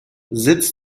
sitz